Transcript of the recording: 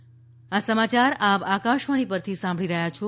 corona appeal આ સમાચાર આપ આકાશવાણી પરથી સાંભળી રહ્યા છો